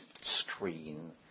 screen